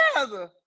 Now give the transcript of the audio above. together